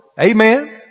Amen